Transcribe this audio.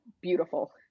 Beautiful